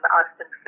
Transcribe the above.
Austin